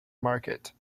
market